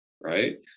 right